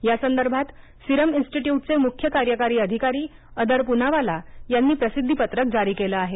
या संदर्भात सीरम इन्स्टिट्यूटचे मुख्य कार्यकारी अधिकारी अदर पूनावाला यांनी प्रसिद्दीपत्रक जारी केलं आहे